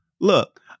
Look